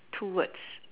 two words